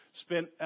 spent